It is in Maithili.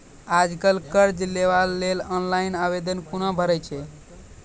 आज कल कर्ज लेवाक लेल ऑनलाइन आवेदन कूना भरै छै?